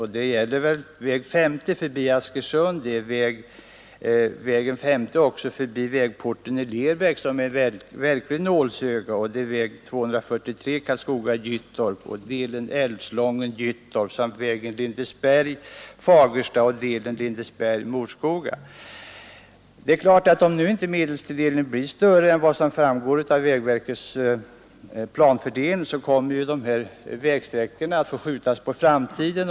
Jag kan nämna väg 50 förbi Askersund, väg 50 förbi vägporten i Lerbäck — ett verkligt nålsöga — väg 243 Karlskoga—Gyttorp, delen Älvslången-Gyttorp samt vägen Lindesberg—Fagersta, delen Lindesberg-Morskoga. Om nu medelstilldelningen inte blir större än vad som framgår av vägverkets planfördelning, kommer ju arbetena med dessa vägsträckor att få skjutas på framtiden.